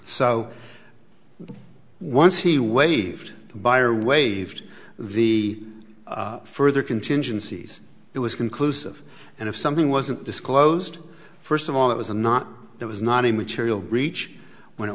so once he waived the buyer waived the further contingencies it was conclusive and if something wasn't disclosed first of all it was a not it was not a material breach when it